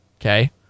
okay